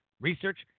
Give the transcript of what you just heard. research